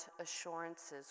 assurances